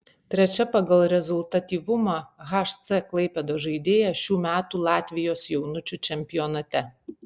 trečia pagal rezultatyvumą hc klaipėdos žaidėja šių metų latvijos jaunučių čempionate